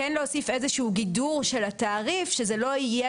כן להוסיף איזשהו גידור של התעריף שזה לא יהיה